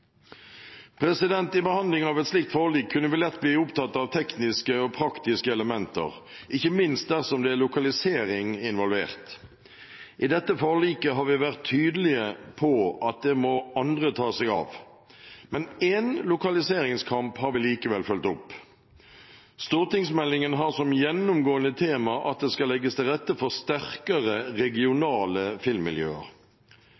I behandlingen av et slikt forlik kunne vi lett bli opptatt av tekniske og praktiske elementer, ikke minst dersom det er lokalisering involvert. I dette forliket har vi vært tydelige på at det må andre ta seg av. Men én lokaliseringskamp har vi likevel fulgt opp. Stortingsmeldingen har som gjennomgående tema at det skal legges til rette for sterkere regionale filmmiljøer.